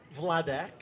Vladek